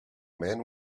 men